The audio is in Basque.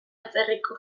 atzerriko